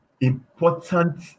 important